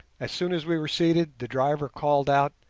as soon as we were seated the driver called out,